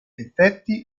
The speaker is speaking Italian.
effetti